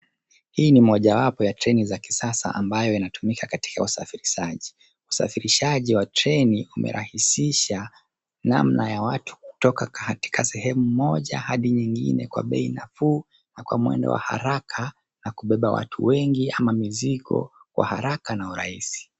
Hii ni mojawapo ya treni za kisasa ambayo inatumika katika usafirishaji. Usafirishaji wa treni imerahisisha namna ya watu kutoka katika sehemu moja hadi nyingine kwa bei nafuu na kwa mwendo wa haraka na kubeba watu wengi ama mizigo kwa haraka na urahisi.